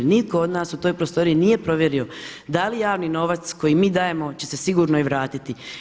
Nitko od nas u toj prostoriji nije provjerio da li javni novac koji mi dajemo će se sigurno i vratiti.